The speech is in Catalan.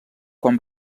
quan